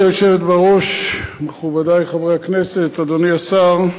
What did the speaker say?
גברתי היושבת-ראש, מכובדי חברי הכנסת, אדוני השר,